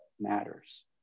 matters